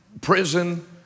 prison